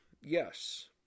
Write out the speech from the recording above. Yes